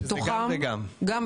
גם וגם.